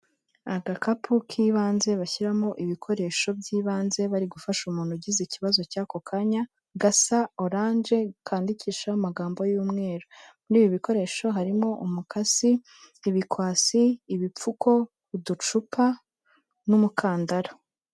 Agakapu k'ibanze bashyiramo ibikoresho by'ibanze bari gufasha umuntu ugize ikibazo cy'ako kanya, gasa oranje kandikisheho amagambo y'umweru. Muri ibi bikoresho harimo umukasi, ibikwasi, ibipfuko, uducupa n'umukandara.